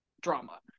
drama